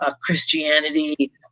Christianity